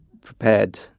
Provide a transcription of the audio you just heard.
prepared